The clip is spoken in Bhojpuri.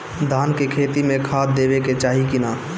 धान के खेती मे खाद देवे के चाही कि ना?